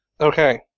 Okay